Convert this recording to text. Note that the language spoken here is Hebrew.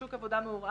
שוק עבודה מעורער,